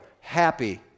happy